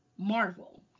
Marvel